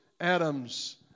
Adam's